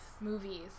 movies